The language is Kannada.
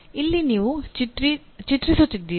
ಇಲ್ಲಿ ನೀವು ಚಿತ್ರಿಸುತ್ತಿದ್ದೀರಿ